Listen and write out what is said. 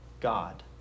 God